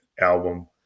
album